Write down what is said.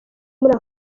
muri